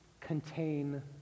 contain